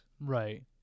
Right